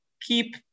keep